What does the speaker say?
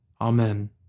Amen